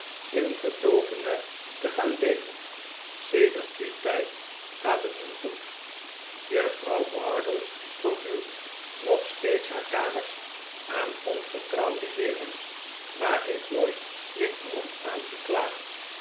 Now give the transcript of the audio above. ingetogener te gaan leven sedert dien tijd gaat het hun goed juffrouw bardell verhuurt nog steeds haar kamers aan ongetrouwde heeren maar heeft nooit weer iemand aangeklaagd